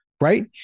Right